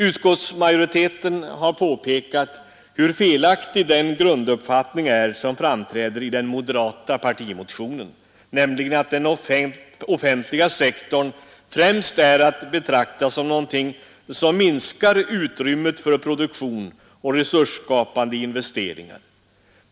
Utskottsmajoriteten har påpekat hur felaktig den grunduppfattning är som framträder i den moderata partimotionen, nämligen att den offentliga sektorn främst är att betrakta som någonting som minskar utrymmet för produktion och resursskapande investeringar.